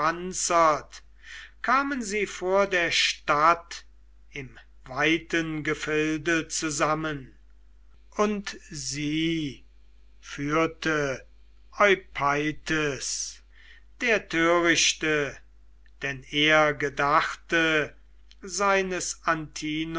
kamen sie vor der stadt im weiten gefilde zusammen und sie führte eupeithes der törichte denn er gedachte seines